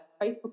Facebook